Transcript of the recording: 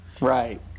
Right